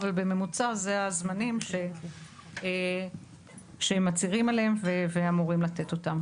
אבל בממוצע אלה הזמנים שהם מצהירים עליהם ואמורים לתת אותם.